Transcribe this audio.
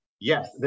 Yes